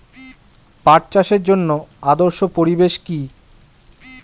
পাট চাষের জন্য আদর্শ পরিবেশ কি?